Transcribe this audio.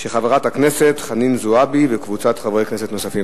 של חברת הכנסת חנין זועבי וקבוצת חברי כנסת נוספים.